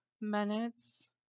minutes